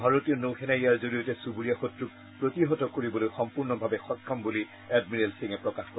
ভাৰতীয় নৌ সেনাই ইয়াৰ জৰিয়তে চুবুৰীয়া শক্ৰক প্ৰতিহত কৰিবলৈ সম্পূৰ্ণভাৱে সক্ষম বুলি এডমিৰেল সিঙে প্ৰকাশ কৰে